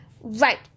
Right